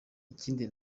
ikindi